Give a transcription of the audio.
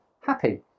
happy